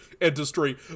industry